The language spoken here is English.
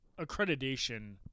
accreditation